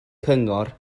cyngor